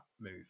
move